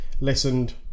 listened